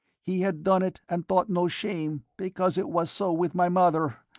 he had done it and thought no shame, because it was so with my mother.